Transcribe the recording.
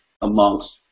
amongst